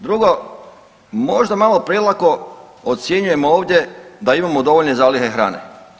Drugo, možda malo prelako ocjenjujemo ovdje da imamo dovoljne zalihe hrane.